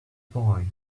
boy